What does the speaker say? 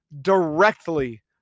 Directly